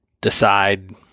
decide